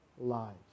lives